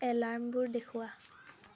এলাৰ্মবোৰ দেখুওৱা